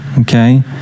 okay